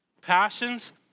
passions